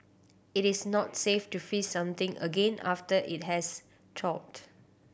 it is not safe to freeze something again after it has